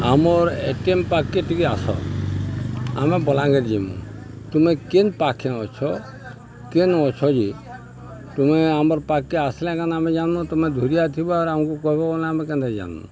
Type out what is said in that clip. ଆମର୍ ଏଟିଏମ୍ ପାଖ୍କେ ଟିକେ ଆସ ଆମେ ବଲାଙ୍ଗର୍ ଯିମୁ ତୁମେ କେନ୍ ପାଖ୍କେ ଅଛ କେନ୍ ଅଛ ଯେ ତୁମେ ଆମର୍ ପାଖ୍କେ ଆସିଲେ କେନ୍ ଆମେ ଜାନୁ ତମେ ଧୂରିଆ ଥିବ ଆମକୁ କହିବ ଗଲେ ଆମେ କେନ୍ତା ଜାନ୍ମୁ